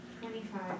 Twenty-five